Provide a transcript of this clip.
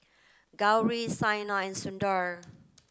Gauri Saina and Sundar